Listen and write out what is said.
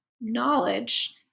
knowledge